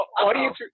audience